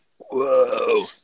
Whoa